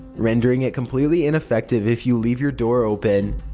rendering it completely ineffective if you leave your door open.